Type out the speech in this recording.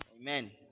Amen